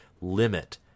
limit